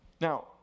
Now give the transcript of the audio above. Now